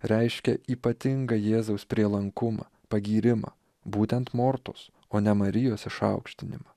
reiškia ypatingą jėzaus prielankumą pagyrimą būtent mortos o ne marijos išaukštinimą